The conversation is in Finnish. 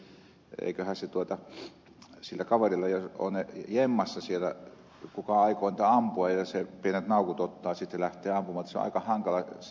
eiköhän sillä kaverilla ole ne jemmassa siellä kuka aikoo niitä ampua ja se pienet naukut ottaa ja sitten lähtee ampumaan että se on aika hankalaa